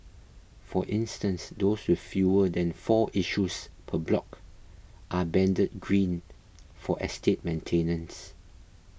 for instance those with fewer than four issues per block are banded green for estate maintenance